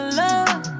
love